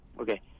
Okay